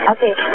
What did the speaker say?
Okay